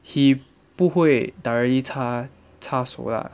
he 不会 directly 插插手 lah